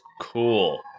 cool